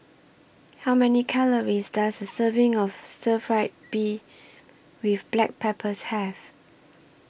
How Many Calories Does A Serving of Stir Fried Beef with Black Pepper Have